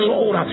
Lord